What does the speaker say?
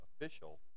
official